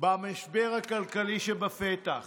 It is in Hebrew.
במשבר הכלכלי שבפתח,